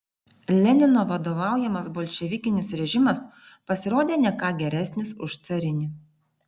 lenino vadovaujamas bolševikinis režimas pasirodė ne ką geresnis už carinį